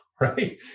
right